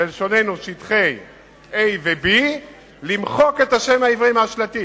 בלשוננו שטחי A ו-B, למחוק את השם העברי מהשלטים.